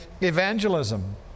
evangelism